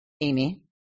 Amy